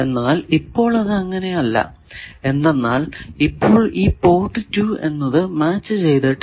എന്നാൽ ഇപ്പോൾ അത് അങ്ങനെ അല്ല എന്തെന്നാൽ ഇപ്പോൾ ഈ പോർട്ട് 2 എന്നത് മാച്ച് ചെയ്തിട്ടില്ല